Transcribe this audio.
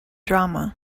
drama